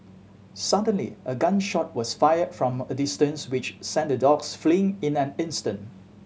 suddenly a gun shot was fired from a distance which sent the dogs fleeing in an instant